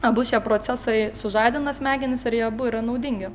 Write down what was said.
abu šie procesai sužadina smegenis ir jie abu yra naudingi